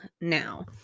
now